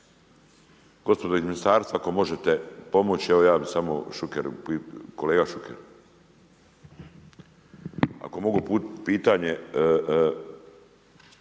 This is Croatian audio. gospodo iz ministarstva, ako možete pomoći, ja bi samo Šukeru, kolega Šuker, ako mogu uputiti pitanje,